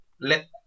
let